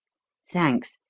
thanks!